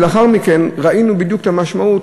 ולאחר מכן ראינו בדיוק את המשמעות,